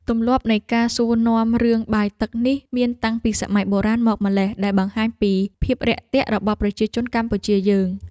ទម្លាប់នៃការសួរនាំរឿងបាយទឹកនេះមានតាំងពីសម័យបុរាណមកម៉្លេះដែលបង្ហាញពីភាពរាក់ទាក់របស់ប្រជាជនកម្ពុជាយើង។